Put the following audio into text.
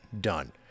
Done